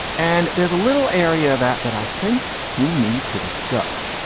and there's a little area that that i think we need to discuss.